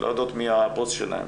הן לא יודעות מי הבוס שלהן,